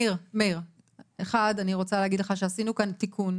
מאיר, אחד, אני רוצה להגיד לך שעשינו כאן תיקון.